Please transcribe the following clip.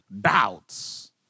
doubts